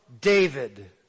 David